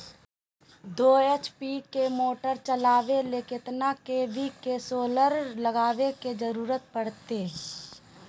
दो एच.पी के मोटर चलावे ले कितना के.वी के सोलर लगावे के जरूरत पड़ते?